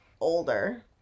older